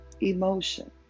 emotion